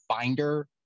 Finder